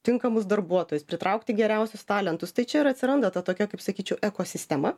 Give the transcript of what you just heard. tinkamus darbuotojus pritraukti geriausius talentus tai čia ir atsiranda ta tokia kaip sakyčiau ekosistema